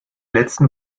letzten